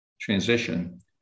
transition